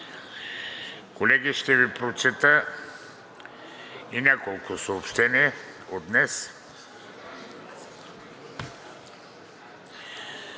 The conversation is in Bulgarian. Колеги, ще Ви прочета и няколко съобщения от днес.